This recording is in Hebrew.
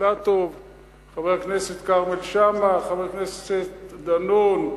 חבר הכנסת אורי אריאל,